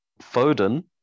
Foden